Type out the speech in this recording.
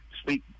speak